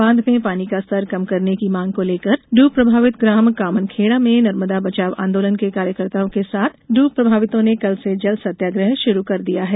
बांध में पानी का स्तर कम करने की मांग को लेकर ड्रब प्रभावित ग्राम कामनखेड़ा में नर्मदा बचाव आंदोलन के कार्यकर्ताओं के साथ ड्रब प्रभावितों ने कल से जल सत्याग्रह शुरू कर दिया है